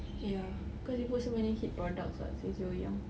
ya because you put so many heat products [what] since you were young